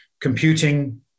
Computing